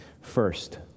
First